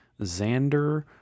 Xander